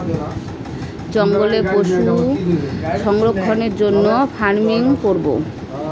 জঙ্গলে পশু সংরক্ষণের জন্য ফার্মিং করাবো